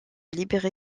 libéré